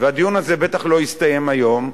והדיון הזה בטח לא יסתיים היום.